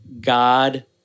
God